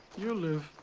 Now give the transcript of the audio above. you'll live.